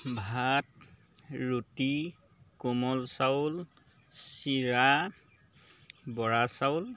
ভাত ৰুটি কোমল চাউল চিৰা বৰা চাউল